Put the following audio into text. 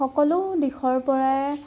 সকলো দিশৰ পৰাই